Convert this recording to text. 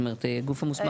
זאת אומר, גוף מוסמך.